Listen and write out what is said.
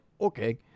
okay